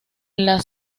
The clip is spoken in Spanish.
las